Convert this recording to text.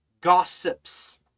Gossips